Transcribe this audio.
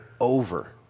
over